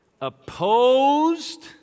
Opposed